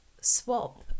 swap